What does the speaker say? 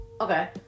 Okay